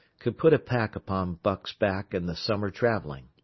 could put a pack upon buck's back in the summer travelling.